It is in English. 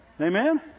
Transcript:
Amen